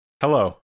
hello